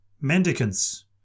Mendicants